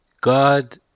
God